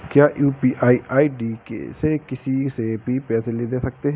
क्या UPI ID से किसी से भी पैसे ले दे सकते हैं?